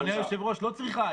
אדוני יושב-ראש, לא צריכה.